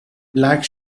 black